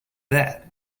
that